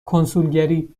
کنسولگری